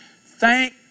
thank